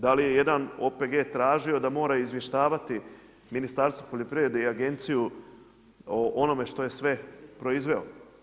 Da li je jedan OPG tražio da mora izvještavati Ministarstvo poljoprivrede i agenciju o onome što je sve proizveo?